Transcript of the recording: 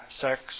sex